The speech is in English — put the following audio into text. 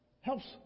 helps